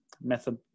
method